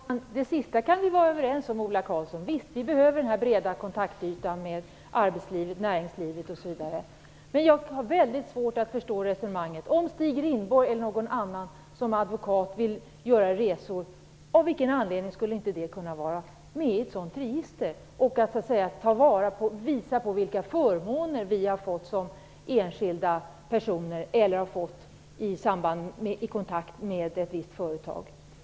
Herr talman! Det sista kan vi vara överens om, Ola Karlsson. Visst behöver vi den breda kontaktytan med arbetslivet, näringslivet, osv. Men jag har väldigt svårt att förstå resonemanget. Av vilken anledning skulle det inte kunna vara med i ett register om Stig Rindborg som advokat eller någon annan vill göra resor, och visa på vilka förmåner som vi har fått som enskilda personer eller i kontakt med ett visst företag?